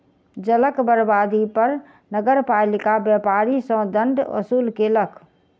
जलक बर्बादी पर नगरपालिका व्यापारी सॅ दंड वसूल केलक